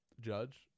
Judge